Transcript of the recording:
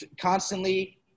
constantly